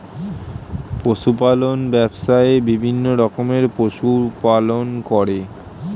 পশু পালন ব্যবসায়ে বিভিন্ন রকমের পশু পালন করে